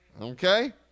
Okay